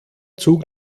zug